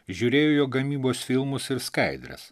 žiūrėjo jo gamybos filmus ir skaidres